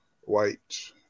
white